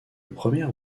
premier